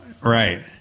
Right